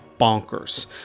bonkers